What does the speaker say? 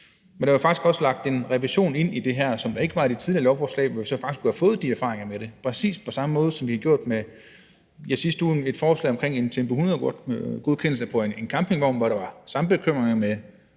ned. Der er faktisk også lagt en revision ind i det her, som der ikke var i det tidligere lovforslag, og hvor vi så faktisk kunne have fået de erfaringer med det, præcis på samme måde, som vi har gjort med et forslag i sidste uge om en Tempo 100-godkendelse på en campingvogn, hvor der var samme bekymringer i